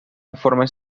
informe